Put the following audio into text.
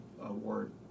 award